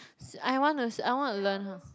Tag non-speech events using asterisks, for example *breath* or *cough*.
*breath* I wanna *noise* I wanna learn